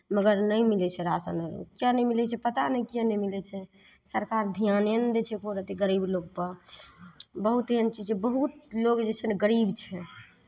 मगर नहि मिलै छै राशन किएक नहि मिलै छै पता नहि किएक नहि मिलै छै सरकार धियाने नहि दै छै एक्को रत्ती गरीब लोकपर बहुत एहन चीज छै बहुत लोक जे छै ने गरीब छै